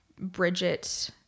Bridget